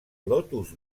lotus